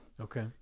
Okay